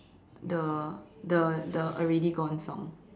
the the the already gone song